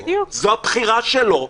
זו הבחירה שלו.